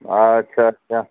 আচ্ছা আচ্ছা